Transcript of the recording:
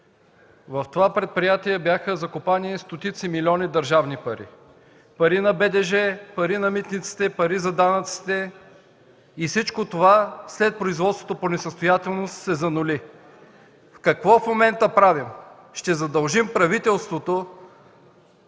в това предприятие бяха закопани стотици милиони държавни пари – пари на БДЖ, пари на митниците, пари за данъците, и всичко това след производството по несъстоятелност се занули. Какво правим в момента? Ще задължим правителството